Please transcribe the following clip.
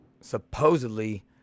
Supposedly